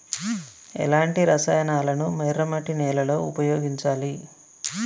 ఎలాంటి రసాయనాలను ఎర్ర మట్టి నేల లో ఉపయోగించాలి?